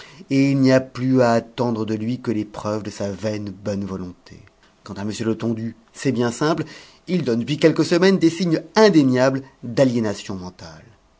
et il n'y a plus à attendre de lui que les preuves de sa vaine bonne volonté quant à m letondu c'est bien simple il donne depuis quelques semaines des signes indéniables d'aliénation mentale